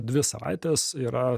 dvi savaites yra